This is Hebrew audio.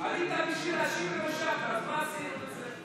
עלית כדי להשיב ולא השבת, אז מה עשית בזה?